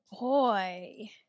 boy